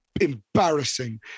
embarrassing